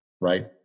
right